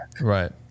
Right